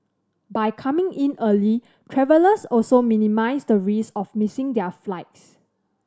by coming in early travellers also minimise the risk of missing their flights